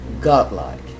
godlike